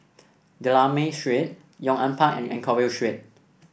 D'Almeida Street Yong An Park and Anchorvale Street